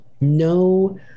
no